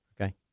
Okay